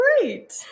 great